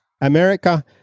America